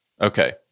Okay